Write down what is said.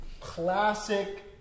classic